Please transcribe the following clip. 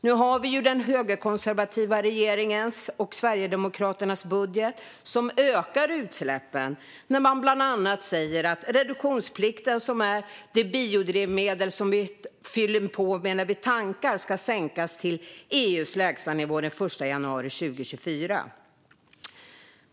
Nu har vi den högerkonservativa regeringens och Sverigedemokraternas budget som ökar utsläppen när de bland annat säger att reduktionsplikten, alltså att vi fyller på med biodrivmedel när vi tankar, ska sänkas till EU:s lägstanivå den 1 januari 2024.